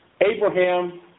Abraham